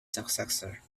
successor